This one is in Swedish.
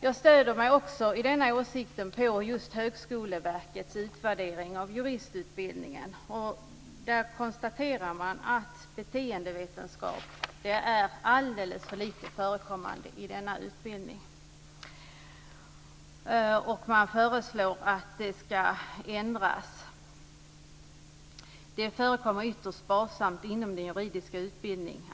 Jag stöder mig också i denna åsikt på Högskoleverkets utvärdering av juristutbildningen. Där konstaterar man att beteendevetenskap är alldeles för lite förekommande i juristutbildningen. Man föreslår att detta ska ändras. Det förekommer ytterst sparsamt inom den juridiska utbildningen.